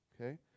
Okay